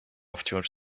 wciąż